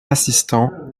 assistant